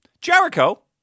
Jericho